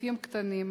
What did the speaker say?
בסניפים הקטנים האלה,